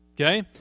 Okay